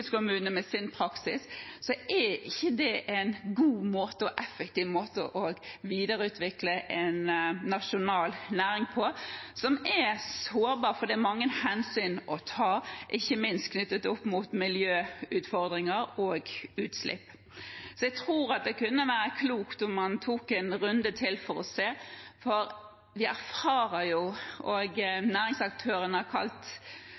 praksis, er ikke det en god og effektiv måte å videreutvikle en nasjonal næring på, som er sårbar, for det er mange hensyn å ta, ikke minst knyttet til miljøutfordringer og utslipp. Jeg tror det kunne være klokt om man tok en runde til for å se på dette. Næringsaktørene har kalt fylkeskommunene et postkontor for mange ulike instanser. De har